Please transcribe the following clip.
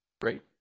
Great